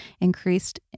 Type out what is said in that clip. Increased